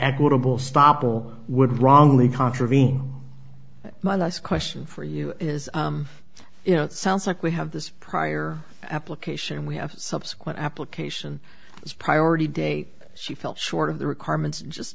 equitable stop will would wrongly contravene my last question for you is you know it sounds like we have this prior application and we have subsequent application as priority date she fell short of the requirements